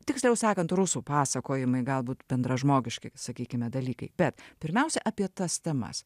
tiksliau sakant rusų pasakojimai galbūt bendražmogiški sakykime dalykai bet pirmiausia apie tas temas